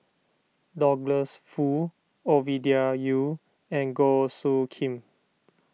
Douglas Foo Ovidia Yu and Goh Soo Khim